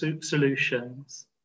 solutions